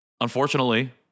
Unfortunately